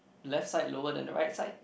left side lower than the right side